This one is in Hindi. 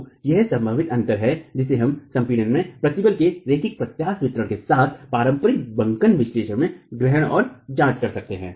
तो यह संभावित अंतर है जिसे हम संपीड़न में प्रतिबल के रैखिक प्रत्यास्थ वितरण के साथ पारंपरिक बंकन विश्लेषण में ग्रहण और जांच कर सकते हैं